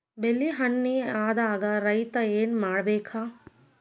ಬೆಳಿ ಹಾನಿ ಆದಾಗ ರೈತ್ರ ಏನ್ ಮಾಡ್ಬೇಕ್?